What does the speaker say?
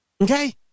Okay